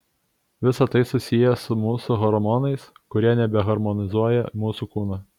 visa tai susiję su mūsų hormonais kurie nebeharmonizuoja mūsų kūno